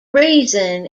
reason